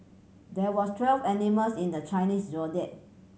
there were twelve animals in the Chinese Zodiac